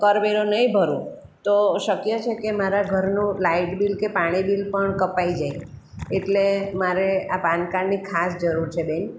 કરવેરો નહીં ભરું તો શક્ય છે કે મારા ઘરનું લાઇટ બિલ કે પાણી બિલ પણ કપાઈ જાય એટલે મારે આ પાન કાર્ડની ખાસ જરૂર છે બેન